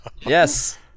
Yes